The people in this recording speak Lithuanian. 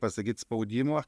pasakyt spaudimo